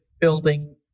building